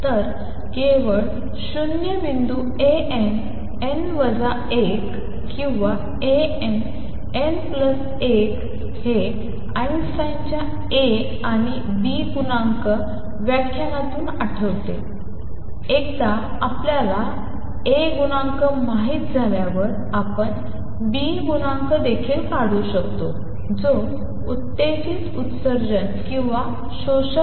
तर केवळ शून्य बिंदू A n n वजा 1 किंवा A n n प्लस 1 हे आइन्स्टाईनच्या A आणि B गुणांक व्याख्यान तून आठवते एकदा आपल्याला A गुणांक माहित झाल्यानंतर आपण B गुणांक देखील काढू शकता जो उत्तेजित उत्सर्जन किंवा शोषण